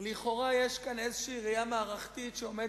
אגרות והוצאות?